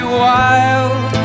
wild